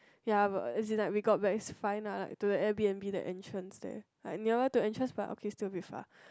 ya but as in like we got back it's fine ah to the Air-b_n_b the entrance there but nearer to entrance but okay still a bit far